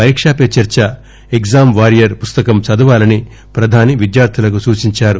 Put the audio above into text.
పరీకాపే చర్చ exam warrior పుస్తకం చదవాలని ప్రధాని విద్యార్దులకు సూచించారు